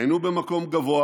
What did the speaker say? היינו במקום גבוה